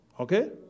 Okay